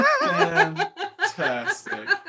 fantastic